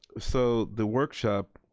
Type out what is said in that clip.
so the workshop,